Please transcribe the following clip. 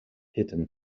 hidden